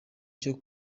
cyo